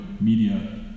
media